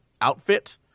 outfit